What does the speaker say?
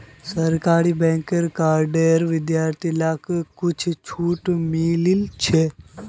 सरकारी बैंकेर कार्डत विद्यार्थि लाक कुछु छूट मिलील छ